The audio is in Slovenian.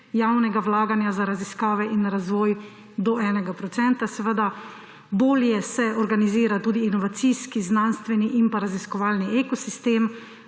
javnega vlaganja za raziskave in razvoj – do enega procenta seveda. Bolje se organizira tudi inovacijski, znanstveni in pa raziskovalni ekosistem,